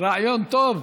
רעיון טוב.